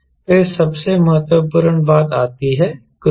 फिर सबसे महत्वपूर्ण बात आती है क्रूज